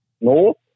north